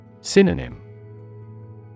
Synonym